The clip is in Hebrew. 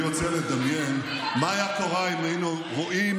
אני רוצה לדמיין מה היה קורה אם היינו רואים